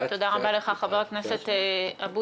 תודה רבה לך, חבר הכנסת אבוטבול.